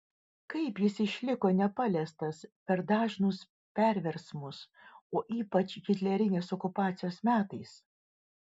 kaip jis išliko nepaliestas per dažnus perversmus o ypač hitlerinės okupacijos metais